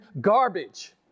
garbage